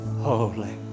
holy